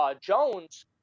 Jones